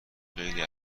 خیلی